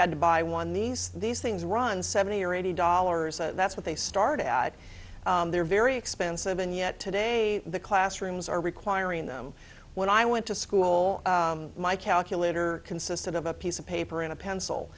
had to buy one these these things run seventy or eighty dollars that's what they started they're very expensive and yet today the classrooms are requiring them when i went to school my calculator consisted of a piece of paper and a pencil